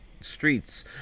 streets